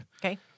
Okay